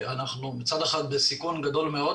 מצד אחד בסיכון גדול מאוד,